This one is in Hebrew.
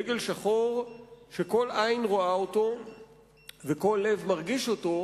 דגל שחור שכל עין רואה אותו וכל לב מרגיש אותו,